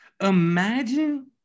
Imagine